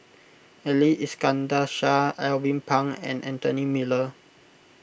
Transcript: Ali Iskandar Shah Alvin Pang and Anthony Miller